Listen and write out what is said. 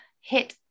hit